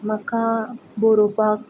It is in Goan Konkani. म्हाका बोरोवपाक